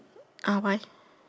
ah why